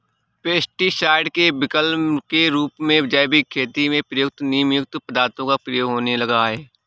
pesticide के विकल्प के रूप में जैविक खेती में प्रयुक्त नीमयुक्त पदार्थों का प्रयोग होने लगा है